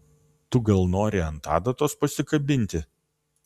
tu gal nori ant adatos pasikabinti